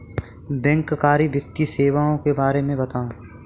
बैंककारी वित्तीय सेवाओं के बारे में बताएँ?